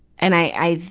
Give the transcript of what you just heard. and i, i've,